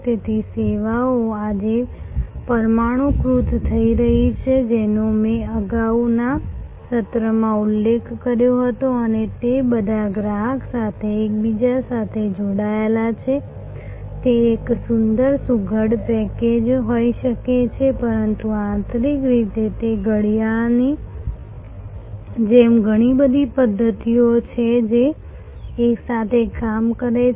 તેથી સેવાઓ આજે પરમાણુકૃત થઈ રહી છે જેનો મેં અગાઉના સત્રમાં ઉલ્લેખ કર્યો હતો અને તે બધા ગ્રાહક સાથે એકબીજા સાથે જોડાયેલા છે તે એક સુંદર સુઘડ પેકેજ હોઈ શકે છે પરંતુ આંતરિક રીતે તે ઘડિયાળની જેમ ઘણી બધી પદ્ધતિઓ છે જે એકસાથે કામ કરે છે